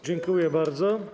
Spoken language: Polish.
Dziękuję bardzo.